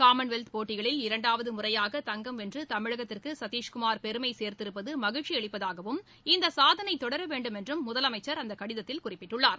Commonwealth போட்டிகளில் இரண்டாவது முறையாக தங்கம் வென்று தமிழகத்திற்கு சத்திஷ்குமார் பெருமை சேர்த்திருப்பது மகிழ்ச்சியளிப்பதாகவும் இந்த சாதனை தொடர வேண்டும் என்றும் முதலமைச்சர் அந்த கடிதத்தில் குறிப்பிட்டுள்ளார்